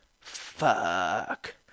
fuck